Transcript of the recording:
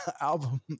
album